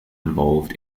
involved